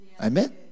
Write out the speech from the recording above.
Amen